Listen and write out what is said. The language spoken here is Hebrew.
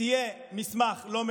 כי הוא התעסק בבין-לאומי.